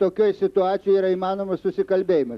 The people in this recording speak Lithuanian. tokioj situacijoj yra įmanomas susikalbėjimas